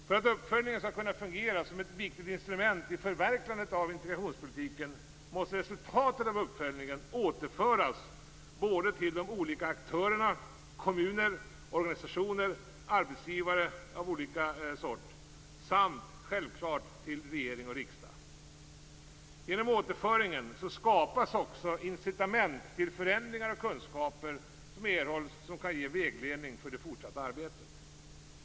För att uppföljningen skall kunna fungera som ett viktigt instrument i förverkligandet av integrationspolitiken måste resultatet av uppföljningen återföras både till de olika aktörerna - kommuner, organisationer arbetsgivare etc. - samt till regering och riksdag. Genom återföringen skapas incitament till förändringar, och kunskaper erhålls som kan ge vägledning för det fortsatta arbetet.